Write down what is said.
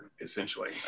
essentially